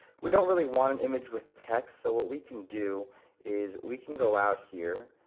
we don't really want an image with text, so what we can do is we can go out here,